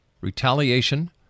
retaliation